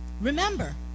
Remember